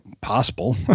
possible